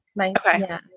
Okay